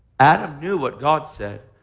adam knew what god said,